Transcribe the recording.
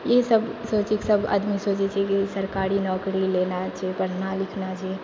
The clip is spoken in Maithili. ई सब सोच चीज सब आदमी सब सोचै छै कि सरकारी नौकरी लेना छै पढ़ना लिखना छै